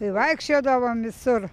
vaikščiodavom visur